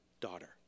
daughter